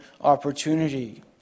opportunity